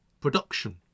production